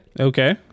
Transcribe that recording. Okay